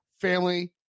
family